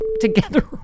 together